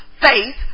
faith